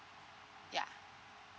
ya